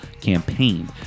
campaign